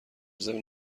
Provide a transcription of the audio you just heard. ضمن